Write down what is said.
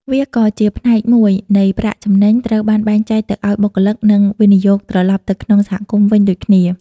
វាក៏ជាផ្នែកមួយនៃប្រាក់ចំណេញត្រូវបានបែងចែកទៅឱ្យបុគ្គលិក និងវិនិយោគត្រឡប់ទៅក្នុងសហគមន៍វិញដូចគ្នា ។